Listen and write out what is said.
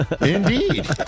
indeed